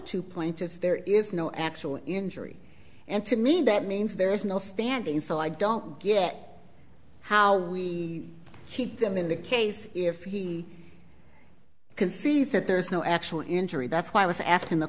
two plaintiffs there is no actual injury and to me that means there is no standing still i don't get how we keep them in the case if he can see that there is no actual injury that's why i was asking the